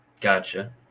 gotcha